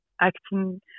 Acting